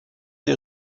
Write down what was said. des